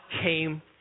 came